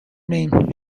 name